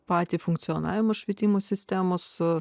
patį funkcionavimo švietimo sistemos su